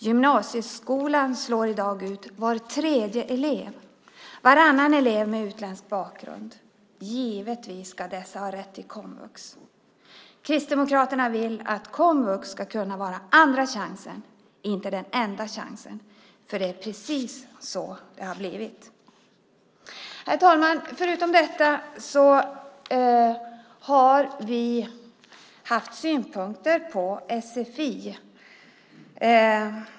Gymnasieskolan slår i dag ut var tredje elev, varannan elev med utländsk bakgrund. Givetvis ska dessa ha rätt till komvux. Kristdemokraterna vill att komvux ska kunna vara andra chansen, inte den enda chansen, för det är precis så det har blivit. Herr talman! Förutom detta har vi haft synpunkter på sfi.